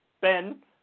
Ben